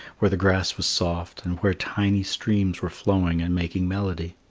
where the grass was soft and where tiny streams were flowing and making melody.